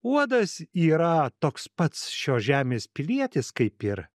uodas yra toks pats šios žemės pilietis kaip ir